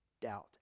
doubt